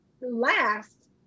last